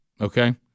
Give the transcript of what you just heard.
Okay